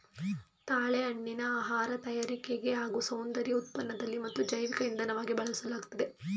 ತಾಳೆ ಎಣ್ಣೆನ ಆಹಾರ ತಯಾರಿಕೆಲಿ ಹಾಗೂ ಸೌಂದರ್ಯ ಉತ್ಪನ್ನದಲ್ಲಿ ಮತ್ತು ಜೈವಿಕ ಇಂಧನವಾಗಿ ಬಳಸಲಾಗ್ತದೆ